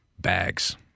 Bags